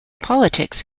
politics